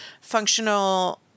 functional